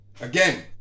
Again